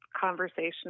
Conversation